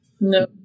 No